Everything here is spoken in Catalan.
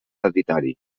hereditari